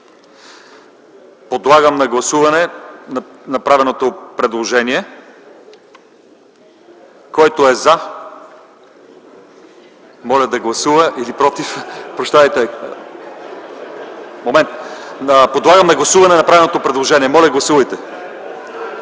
Подлагам на гласуване направеното предложение.